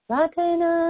Latina